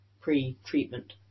pre-treatment